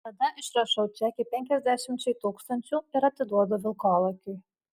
tada išrašau čekį penkiasdešimčiai tūkstančių ir atiduodu vilkolakiui